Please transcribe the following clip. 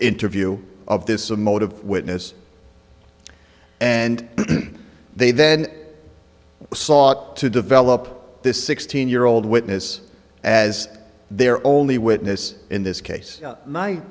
interview of this emotive witness and they then sought to develop this sixteen year old witness as their only witness in this case